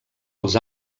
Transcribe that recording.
als